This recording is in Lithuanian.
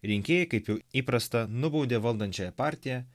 rinkėjai kaip jau įprasta nubaudė valdančiąją partiją